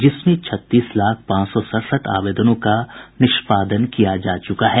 जिसमें छत्तीस लाख पांच सौ सड़सठ आवेदनों का निष्पादन किया जा चुका है